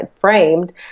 framed